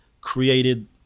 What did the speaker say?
created